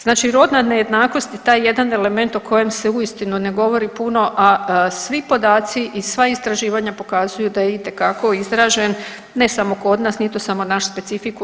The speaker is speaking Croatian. Znači rodna nejednakost je taj jedan element o kojem se uistinu ne govori puno, a svi podaci i sva istraživanja pokazuju da je itekako izražen ne samo kod nas, nije to samo naš specifikum.